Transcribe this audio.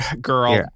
Girl